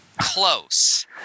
close